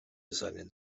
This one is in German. seinen